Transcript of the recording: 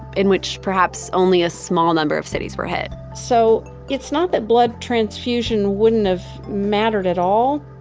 in which perhaps only a small number of cities were hit so it's not that blood transfusion wouldn't have mattered at all,